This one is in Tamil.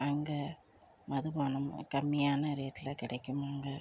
அங்கே மது பானமும் கம்மியான ரேட்டில் கிடைக்குமுங்க